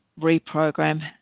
reprogram